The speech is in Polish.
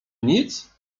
nic